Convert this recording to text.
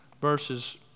verses